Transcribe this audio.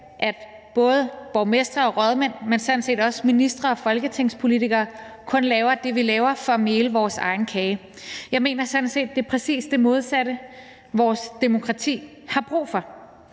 at både borgmestre og rådmænd, men sådan set også ministre og folketingspolitikere kun laver det, de laver, for at mele deres egen kage. Jeg mener sådan set, at det er præcis det modsatte, vores demokrati har brug for.